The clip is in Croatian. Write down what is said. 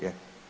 Je.